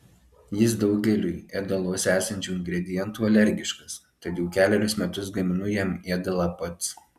jis daugeliui ėdaluose esančių ingredientų alergiškas tad jau kelerius metus gaminu jam ėdalą pats